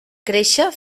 créixer